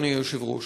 אדוני היושב-ראש,